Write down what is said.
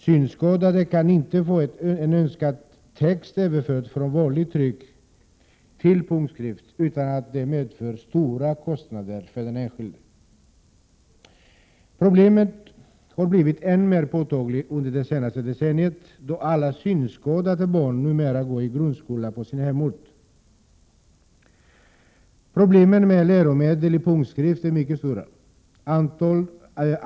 Synskadade kan inte få en önskad text överförd från vanligt tryck till punktskrift utan att det medför stora kostnader för den enskilde. ; Problemet har blivit än mer påtagligt under det senaste decenniet, då alla synskadade barn numera går i grundskola på sin hemort. Problemen med läromedel i punktskrift är mycket stora.